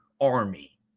army